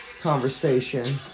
conversation